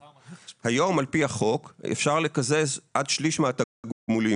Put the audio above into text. היום, על פי החוק, אפשר לקזז עד שליש מהתגמולים.